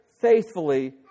faithfully